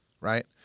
right